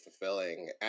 fulfilling